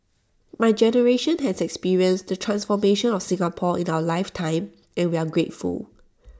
my generation has experienced the transformation of Singapore in our life time and we are grateful